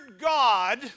God